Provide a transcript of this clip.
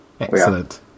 Excellent